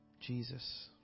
Jesus